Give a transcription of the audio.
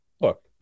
look